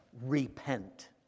repent